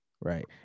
Right